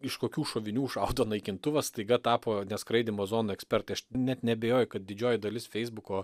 iš kokių šovinių šaudo naikintuvas staiga tapo neskraidymo zonų ekspertai aš net neabejoju kad didžioji dalis feisbuko